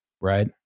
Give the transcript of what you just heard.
right